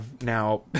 now